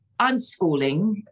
unschooling